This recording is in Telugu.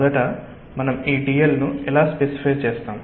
మొదట మనం ఈ dl ను ఎలా స్పెసిఫై చేస్తాం